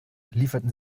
lieferten